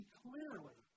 clearly